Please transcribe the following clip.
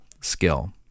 skill